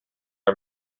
are